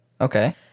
Okay